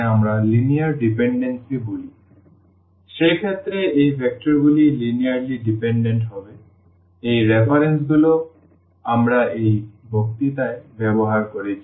সুতরাং সেক্ষেত্রে সেই ভেক্টরগুলি লিনিয়ারলি ডিপেন্ডেন্ট হবে সুতরাং এই রেফারেন্সগুলি আমরা এই বক্তৃতায় ব্যবহার করেছি